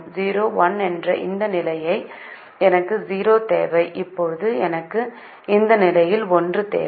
0 1 என்ற இந்த நிலையில் எனக்கு 0 தேவை இப்போது எனக்கு இந்த நிலையில் 1 தேவை